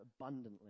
abundantly